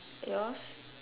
yours